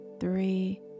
three